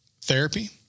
therapy